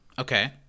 Okay